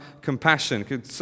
compassion